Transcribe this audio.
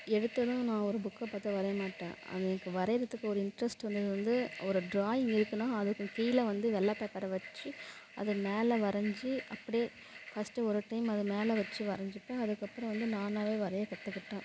எடுத்ததும் நான் ஒரு புக்கை பார்த்து வரைய மாட்டேன் அது எனக்கு வரையிரதுக்கு ஒரு இன்ட்ரெஸ்ட் வந்தது வந்து ஒரு ட்ராயிங் இருக்குதுன்னா அதுக்கு கீழே வந்து வெள்ளப் பேப்பரை வச்சி அது மேல வரஞ்சி அப்படியே ஃபஸ்ட்டு ஒரு டைம் அது மேல வச்சி வரஞ்சிப்பேன் அதுக்கப்புறம் வந்து நானாவே வரைய கற்றுக்கிட்டேன்